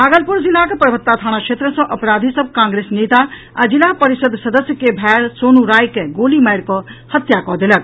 भागलपुर जिलाक परवत्ता थाना क्षेत्र में अपराधी सभ कांग्रेस नेता आ जिला परिष्ज़द सदस्य के भाय सोनू राय के गोली मारि कऽ हत्या कऽ देलक